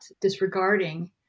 disregarding